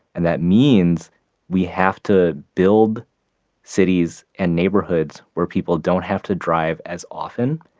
and that means we have to build cities and neighborhoods where people don't have to drive as often.